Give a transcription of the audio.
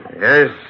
Yes